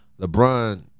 LeBron